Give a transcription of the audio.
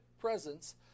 presence